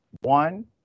one